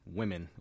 women